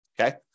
okay